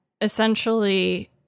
essentially